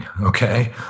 Okay